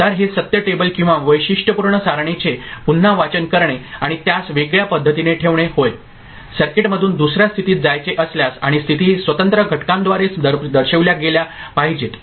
तर हे सत्य टेबल किंवा वैशिष्ट्यपूर्ण सारणीचे पुन्हा वाचन करणे आणि त्यास वेगळ्या पद्धतीने ठेवणे होय सर्किटमधून दुसर्या स्थितीत जायचे असल्यास आणि स्थिती स्वतंत्र घटकांद्वारे दर्शविल्या गेल्या पाहिजेत